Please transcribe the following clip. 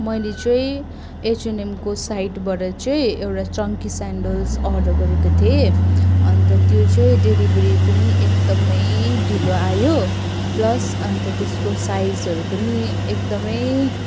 मैले चाहिँ एचएनएमको साइटबाट चाहिँ एउटा चङ्ग्की स्यान्डल्स अर्डर गरेको थिएँ अन्त त्यो चाहिँ डेलिभेरी पनि एकदमै ढिलो आयो प्लस अन्त त्यसको साइजहरू पनि एकदमै